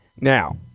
Now